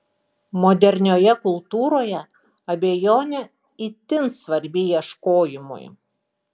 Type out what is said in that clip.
modernioje kultūroje abejonė itin svarbi ieškojimui